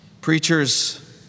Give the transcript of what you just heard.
Preachers